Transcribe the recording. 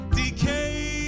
decay